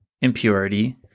impurity